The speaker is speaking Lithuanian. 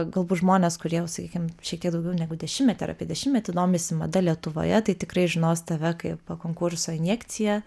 galbūt žmonės kurie sakykim šiek tiek daugiau negu dešimtmetį ar apie dešimtmetį domisi mada lietuvoje tai tikrai žinos tave kaip konkurso injekcija